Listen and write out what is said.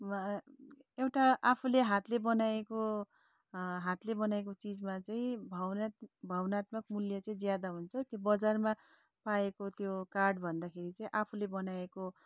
उहाँ एउटा आफूले हातले बनाएको हातले बनाएको चिजमा चाहिँ भावनात् भावनात्मक मूल्य चाहिँ ज्यादा हुन्छ त्यो बजारमा पाएको त्यो कार्डभन्दाखेरि चाहिँ आफूले बनाएको